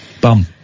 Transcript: Bum